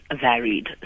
varied